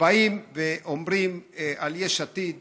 כשבאים ואומרים על יש עתיד